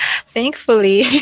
Thankfully